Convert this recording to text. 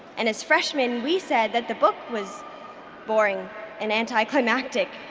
and as freshmen we said that the book was boring and anticlimactic,